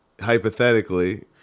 hypothetically